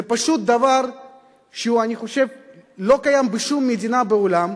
זה פשוט דבר שאני חושב שלא קיים בשום מדינה בעולם.